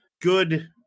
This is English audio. Good